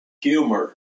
Humor